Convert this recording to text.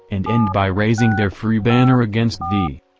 and end by raising their free banner against thee.